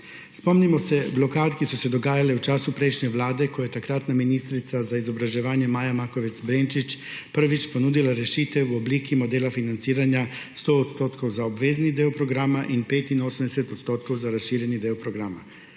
Spomnimo se blokad, ki so se dogajale v času prejšnje vlade, ko je takratna ministrica za izobraževanje Maja Makovec Brenčič prvič ponudila rešitev v obliki modela financiranja 100 % za obvezni del programa in 85 % za razširjeni del programa.